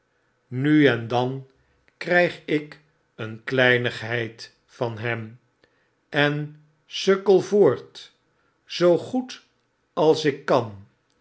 nu en dan kryg ik een kleinigheid van hen en sukkel voort zoo goed als ik kan